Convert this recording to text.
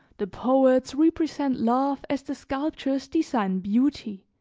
the poets represent love as the sculptors design beauty,